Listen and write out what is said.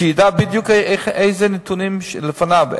שידע בדיוק את הנתונים שלפניו,